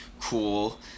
cool